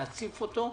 להציף אותו,